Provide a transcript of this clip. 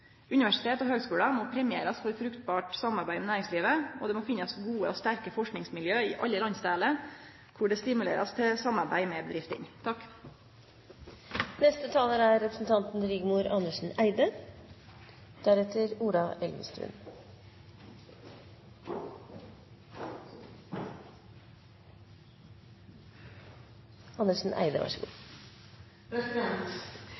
Universitet og høgskular må premierast for fruktbart samarbeid med næringslivet, og det må finnast gode og sterke forskingsmiljø i alle delar av landet kor det blir stimulert til samarbeid med bedriftene. Vi står ved et veiskille i norsk næringsliv. Som saksframlegget viser, kan så